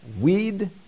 weed